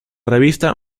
revista